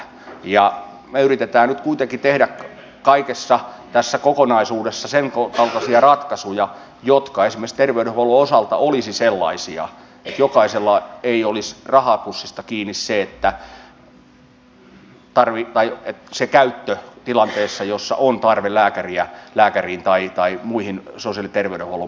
me yritämme nyt kuitenkin tehdä kaikessa tässä kokonaisuudessa senkaltaisia ratkaisuja jotka esimerkiksi terveydenhuollon osalta olisivat sellaisia että ei olisi rahapussista kiinni se palvelujen käyttö tilanteessa jossa on tarve päästä lääkäriin tai muihin sosiaali ja terveydenhuollon palveluihin